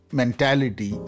mentality